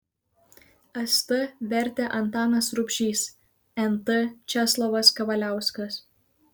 st vertė antanas rubšys nt česlovas kavaliauskas